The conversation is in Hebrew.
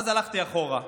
ואז הלכתי אחורה ואמרתי: